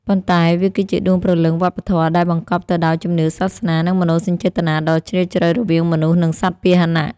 ប៉ុន្តែវាគឺជាដួងព្រលឹងវប្បធម៌ដែលបង្កប់ទៅដោយជំនឿសាសនា និងមនោសញ្ចេតនាដ៏ជ្រាលជ្រៅរវាងមនុស្ស និងសត្វពាហនៈ។